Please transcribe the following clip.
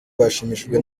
bashimishijwe